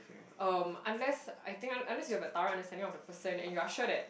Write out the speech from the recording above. um unless I think un~ unless you have a thorough understanding of the person and you are sure that